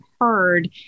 heard